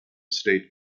state